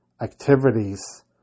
activities